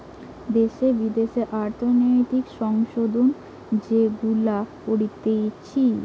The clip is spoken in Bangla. দ্যাশে বিদ্যাশে অর্থনৈতিক সংশোধন যেগুলা করতিছে